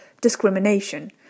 Discrimination